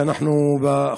חודש שבו אנחנו צמים,